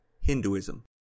Hinduism